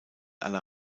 aller